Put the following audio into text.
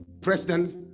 president